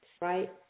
right